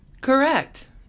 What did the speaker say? Correct